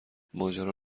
ماجرا